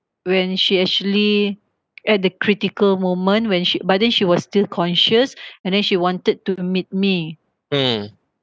when she actually at the critical moment when she but then she was still conscious and then she wanted to meet me